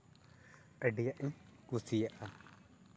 ᱟᱹᱰᱤᱭᱟᱜ ᱤᱧ ᱠᱩᱥᱤᱭᱟᱜᱼᱟ